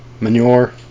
manure